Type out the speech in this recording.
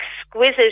Exquisite